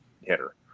hitter